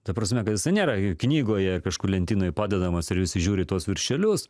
ta prasme kad nėra knygoje kažkur lentynoj padedamas ir visi žiūri į tuos viršelius